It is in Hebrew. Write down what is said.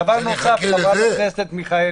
דבר נוסף, חברת הכנסת מיכאלי,